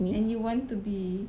and you want to be